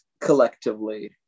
collectively